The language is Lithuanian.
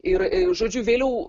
ir žodžiu vėliau